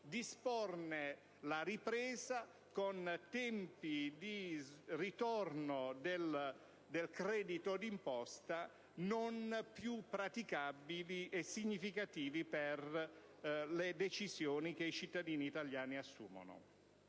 disporne la ripresa con tempi di ritorno del credito di imposta non più praticabili e significativi per le decisioni che i cittadini italiani assumono.